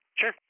Sure